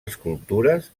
escultures